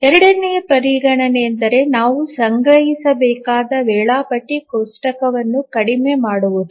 ಎರಡನೆಯ ಪರಿಗಣನೆಯೆಂದರೆ ನಾವು ಸಂಗ್ರಹಿಸಬೇಕಾದ ವೇಳಾಪಟ್ಟಿ ಕೋಷ್ಟಕವನ್ನು ಕಡಿಮೆ ಮಾಡುವುದು